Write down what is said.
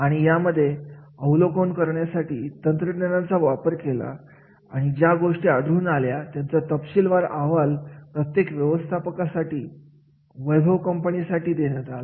आणि यामध्ये अवलोकन यासाठी तंत्रज्ञानाचा वापर केला आणि ज्या गोष्टी आढळून आल्या त्याच्या तपशीलवार अहवाल प्रत्येक व्यवस्थापकास साठी वैभव कंपनी साठी देण्यात आला